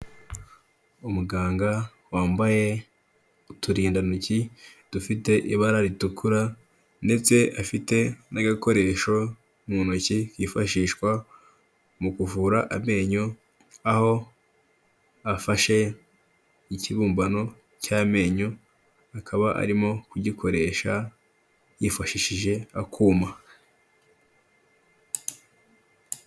Umuganga wambaye uturindantoki dufite ibara ritukura, ndetse afite n'agakoresho mu ntoki kifashishwa mu kuvura amenyo, aho afashe ikibumbano cy'amenyo, akaba arimo kugikoresha yifashishije akuma.